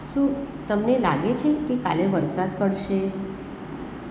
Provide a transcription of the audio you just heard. શું તમને લાગે છે કે કાલે વરસાદ પડશે